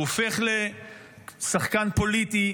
הוא הופך לשחקן פוליטי,